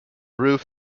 roof